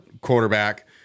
quarterback